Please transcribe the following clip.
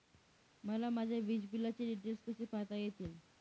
मला माझ्या वीजबिलाचे डिटेल्स कसे पाहता येतील?